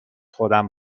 خودم